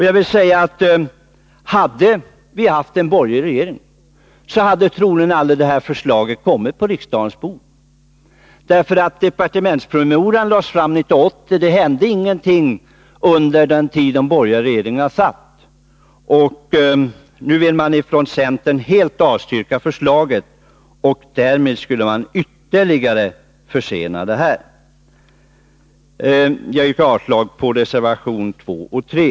Jag vill påstå att hade vi haft en borgerlig regering hade troligen aldrig det här förslaget kommit på riksdagens bord. Departementspromemorian lades fram 1980. Det hände ingenting under den tid de borgerliga regeringarna hade makten, och nu vill man från centerns sida helt avstyrka förslaget. Därmed skulle man ytterligare försena genomförandet. Jag yrkar avslag på reservationerna 2 och 3.